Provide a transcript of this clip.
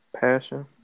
Passion